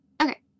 Okay